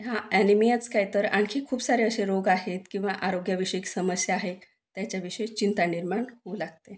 हा ॲनिमियाच काय तर आणखी खूप सारे असे रोग आहेत किंवा आरोग्यविषयक समस्या आहे त्याच्याविषयी चिंता निर्माण होऊ लागते